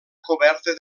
coberta